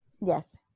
Yes